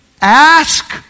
Ask